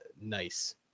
nice